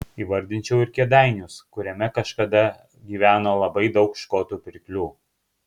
įvardinčiau ir kėdainius kuriame kažkada gyveno labai daug škotų pirklių